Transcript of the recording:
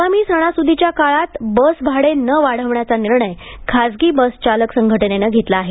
आगामी सणास्दीच्या काळात बस भाडे न वाढवण्याचा निर्णय खासगी बस चालक संघटनेनं घेतला आहे